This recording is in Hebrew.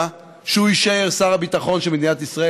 שהוא יישאר שר הביטחון של מדינת ישראל.